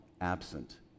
absent